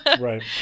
right